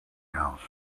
house